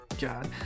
God